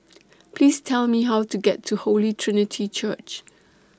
Please Tell Me How to get to Holy Trinity Church